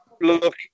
Look